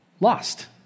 lost